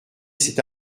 cet